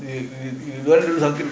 you you you going to do something but